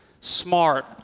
smart